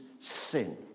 sin